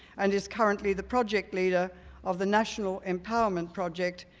and is currently the project leader of the national empowerment project,